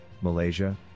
Malaysia